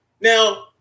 Now